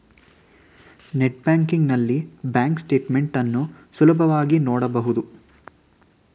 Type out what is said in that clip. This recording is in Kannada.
ನೆಟ್ ಬ್ಯಾಂಕಿಂಗ್ ನಲ್ಲಿ ಬ್ಯಾಂಕ್ ಸ್ಟೇಟ್ ಮೆಂಟ್ ಅನ್ನು ಸುಲಭವಾಗಿ ನೋಡಬಹುದು